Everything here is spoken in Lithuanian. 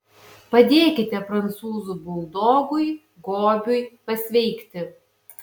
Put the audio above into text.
padėkite prancūzų buldogui gobiui pasveikti